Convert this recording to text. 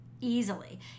easily